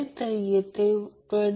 तर ते 5 j 31